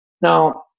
Now